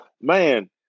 man